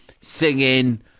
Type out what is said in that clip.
singing